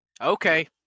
Okay